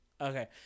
Okay